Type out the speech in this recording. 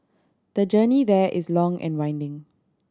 the journey there is long and winding